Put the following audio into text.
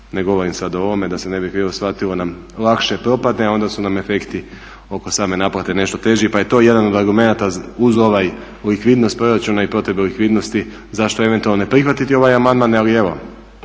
ne govorim sad o ovome da se ne bi krivo shvatio, nam lakše propadne, onda su nam efekti oko same naplate nešto teži. Pa je to jedan od argumenata uz ovaj likvidnost proračuna i protiv likvidnosti, zašto eventualno ne prihvatiti ovaj amandman ali evo